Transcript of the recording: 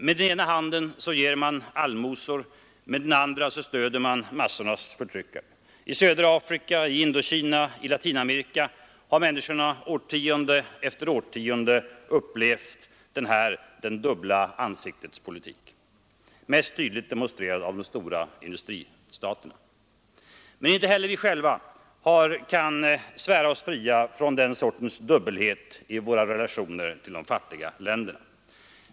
Med den ena handen ger man allmosor, med den andra stöder man massornas förtryckare. I södra Afrika, i Indokina, i Latinamerika har människorna årtionde efter årtionde upplevt denna ”de dubbla ansiktenas politik”, mest tydligt demonstrerad av de stora industristaterna. Men inte heller vi själva kan svära oss fria från den sortens dubbelhet i våra relationer till de fattiga länderna.